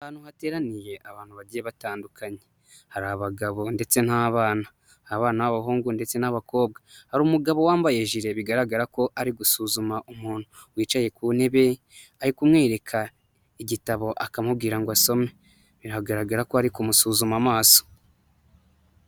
Ahantu hateraniye abantu bagiye batandukanye, hari abagabo ndetse n'abana abana b'abahungu ndetse n'abakobwa hari umugabo wambaye jile bigaragara ko ari gusuzuma umuntu wicaye ku ntebe, ari kumwemwereka igitabo akamubwira ngo asome bigaragara ko ari kumusuzuma amaso.